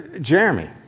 Jeremy